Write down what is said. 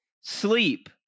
sleep